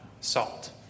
salt